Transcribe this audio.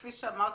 כפי שאמרתי,